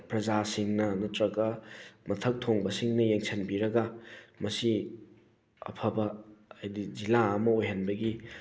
ꯄ꯭ꯔꯖꯥꯁꯤꯡꯅ ꯅꯠꯇ꯭ꯔꯒ ꯃꯊꯛ ꯊꯣꯡꯕꯁꯤꯡꯅ ꯌꯦꯡꯁꯤꯟꯕꯤꯔꯒ ꯃꯁꯤ ꯑꯐꯕ ꯍꯥꯏꯗꯤ ꯖꯤꯜꯂꯥ ꯑꯃ ꯑꯣꯏꯍꯟꯕꯒꯤ